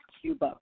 Cuba